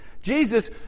Jesus